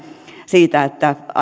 siitä että